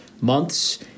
months